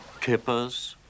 kippers